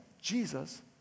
Jesus